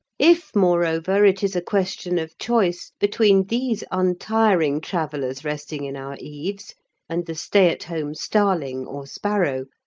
if, moreover, it is a question of choice between these untiring travellers resting in our eaves and the stay-at-home starling or sparrow,